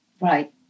Right